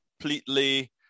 completely